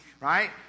Right